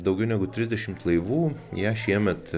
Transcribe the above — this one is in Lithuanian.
daugiau negu trisdešimt laivų ją šiemet